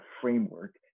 framework